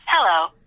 Hello